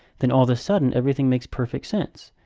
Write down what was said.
then all the sudden, everything makes perfect sense.